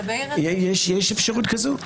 יש אפשרות כזאת?